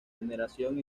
regeneración